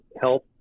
health